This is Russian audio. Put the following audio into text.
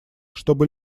чтобы